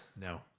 No